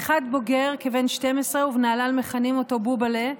האחד בוגר כבן 12 ובנהלל מכנים אותו בובל'ה,